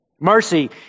Mercy